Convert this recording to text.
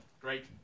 Great